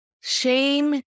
shame